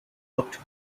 looked